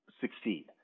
succeed